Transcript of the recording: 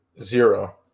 zero